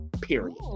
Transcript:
period